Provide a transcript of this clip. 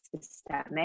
systemic